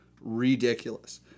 ridiculous